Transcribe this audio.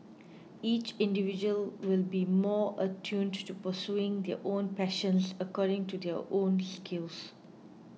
each individual will be more attuned to pursuing their own passions according to their own skills